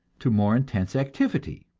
to more intense activity